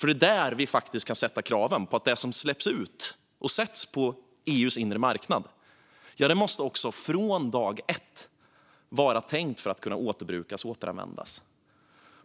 Det är där vi kan ställa krav på att det som släpps ut på EU:s inre marknad från dag ett måste vara tänkt att kunna återbrukas eller återanvändas.